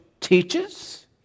teaches